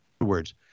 words